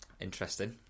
Interesting